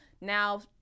now